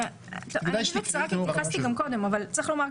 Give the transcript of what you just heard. -- כדי להתייחס לדבריך,